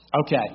Okay